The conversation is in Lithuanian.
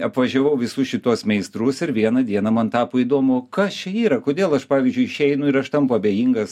apvažiavau visus šituos meistrus ir vieną dieną man tapo įdomu kas čia yra kodėl aš pavyzdžiui išeinu ir aš tampu abejingas